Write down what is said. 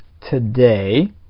today